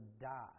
die